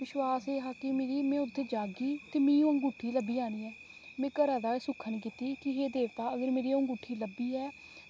ते विश्वास भी में हा उत्थै जाह्गी ते मिगी ओह् अंगूठी लब्भी जानी ऐ ते में घरा दा गै सुक्खन कीती ही कि ए देवता अगर मेरी ओह् अंगूठी लब्भी जा